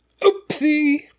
Oopsie